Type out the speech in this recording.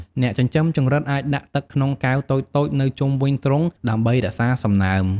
អ្នកចិញ្ចឹមចង្រិតអាចដាក់ទឹកក្នុងកែវតូចៗនៅជុំវិញទ្រុងដើម្បីរក្សាសំណើម។